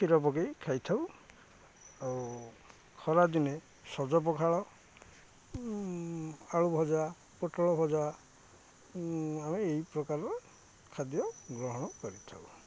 କ୍ଷୀର ପକେଇ ଖାଇଥାଉ ଆଉ ଖରାଦିନେ ସଜ ପଖାଳ ଆଳୁ ଭଜା ପୋଟଳ ଭଜା ଆମେ ଏଇ ପ୍ରକାରର ଖାଦ୍ୟ ଗ୍ରହଣ କରଥାଉ